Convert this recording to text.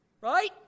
Right